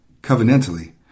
covenantally